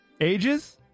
Ages